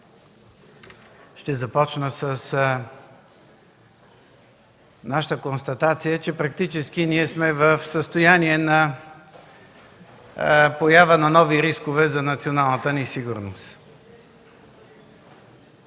ще започна с нашата констатация, че практически ние сме в състояние на поява на нови рискове за националната ни сигурност.